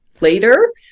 later